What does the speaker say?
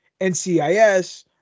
NCIS